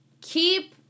keep